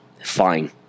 fine